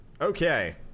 Okay